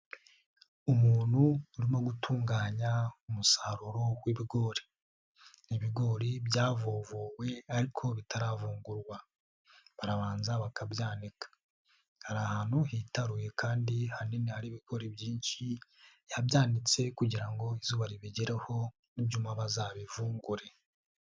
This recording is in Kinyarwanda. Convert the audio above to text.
Umuntu urimo gutunganya umusaruro w'ibigori ni ibigori byavovowe ariko bitaravungurwa barabanza bakabyanika, hari ahantu hitaruye kandi hanini hari ibigori byinshi yabyanditse kugira ngo izuba ribigereho ni byuma bazabivungure.